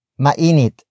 Mainit